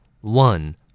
One